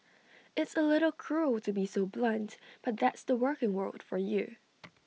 it's A little cruel to be so blunt but that's the working world for you